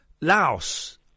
Laos